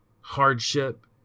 hardship